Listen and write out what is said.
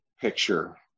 picture